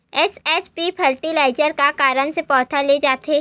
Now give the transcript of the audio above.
SSP fertiliser का कारण से पौधा ल दे जाथे?